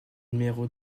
numéro